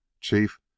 Chief